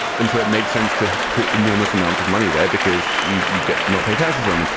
and so it makes sense to enormous amounts of money there because you you get to not pay taxes on them.